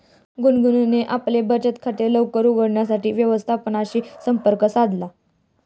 गुनगुनने आपले बचत खाते लवकर उघडण्यासाठी व्यवस्थापकाशी संपर्क साधला